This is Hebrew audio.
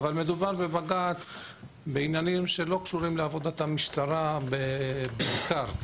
מדובר בבג"ץ בעניינים שלא קשורים לעבודת המשטרה בעיקר.